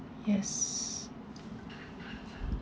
yes